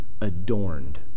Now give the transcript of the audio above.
adorned